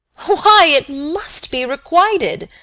why, it must be requited.